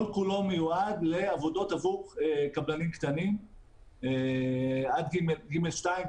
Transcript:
כולו מיועד לעבודות עבור קבלנים קטנים עד ג'2,